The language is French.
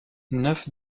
neuf